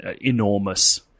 enormous